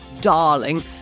darling